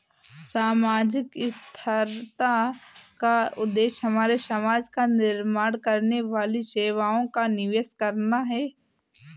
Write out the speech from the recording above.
सामाजिक स्थिरता का उद्देश्य हमारे समाज का निर्माण करने वाली सेवाओं का निवेश करना है